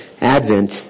Advent